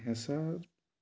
হেঁচা